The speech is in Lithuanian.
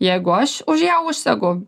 jeigu aš už ją užsegu